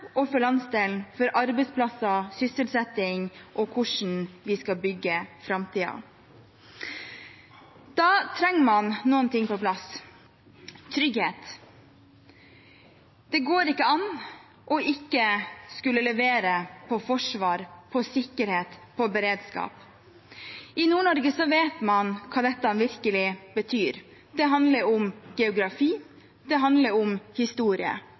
og for landsdelen, for arbeidsplasser, for sysselsetting og for hvordan vi skal bygge framtiden. Da trenger man en ting på plass: trygghet. Det går ikke an ikke å skulle levere på forsvar, på sikkerhet, på beredskap. I Nord-Norge vet man hva dette virkelig betyr. Det handler om geografi, det handler om historie.